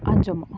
ᱟᱡᱚᱢᱚᱜᱼᱟ